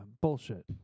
bullshit